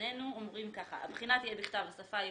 לפנינו אומרות כך: הבחינה תהיה בכתב בשפה העברית,